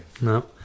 No